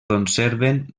conserven